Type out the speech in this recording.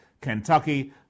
Kentucky